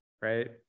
Right